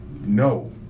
No